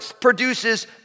produces